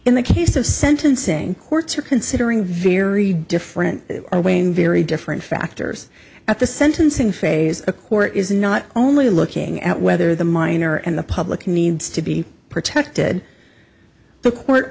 in the case of sentencing courts are considering very different are weighing very different factors at the sentencing phase a court is not only looking at whether the minor and the public needs to be protected the court